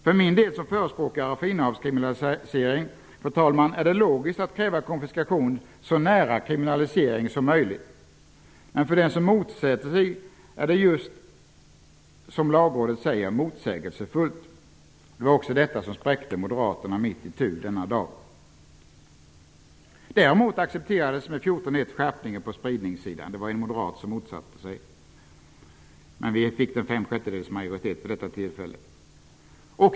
För mig såsom förespråkare av innehavskriminalisering är det logiskt att kräva konfiskation så nära kriminalisering som möjligt, men för den som motsätter sig detta är det, just som Lagrådet säger, ''motsägelsefullt''. Det var detta som spräckte Moderaterna mitt itu denna dag. en skärpning på spridningssidan. Endast en moderat röstade mot, men vi fick fem sjättedelars majoritet vid detta tillfälle.